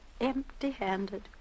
empty-handed